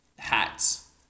hats